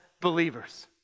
believers